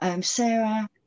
sarah